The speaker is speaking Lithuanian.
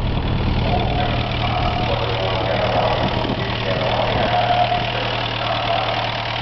kol kas pasakojimo herojus ir herojė rašė vienas kitam laiškus